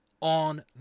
on